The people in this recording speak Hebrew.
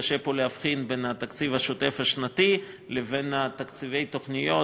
קשה פה להבחין בין התקציב השנתי השוטף לבין תקציבי התוכניות,